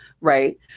right